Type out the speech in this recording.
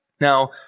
Now